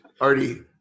Artie